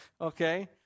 Okay